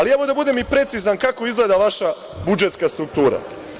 Da budem precizan kako izgleda vaša budžetska struktura.